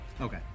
Okay